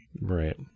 Right